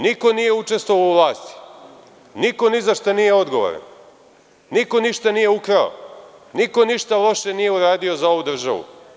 Niko nije učestvovao u vlasti, niko ni za šta nije odgovoran, niko ništa nije ukrao, niko ništa loše nije uradio za ovu državu.